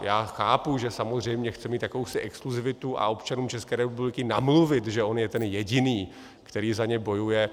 Já chápu, že samozřejmě chce mít jakousi exkluzivitu a občanům České republiky namluvit, že on je ten jediný, který za ně bojuje.